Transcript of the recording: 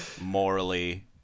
morally